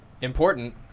important